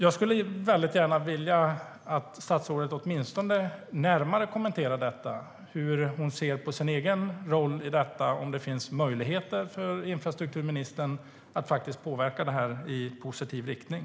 Jag skulle gärna vilja att statsrådet kommenterade hur hon ser på sin egen roll i det här, om det finns möjligheter för infrastrukturministern att påverka ärendet i positiv riktning.